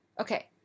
Okay